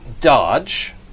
dodge